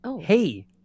Hey